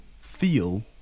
feel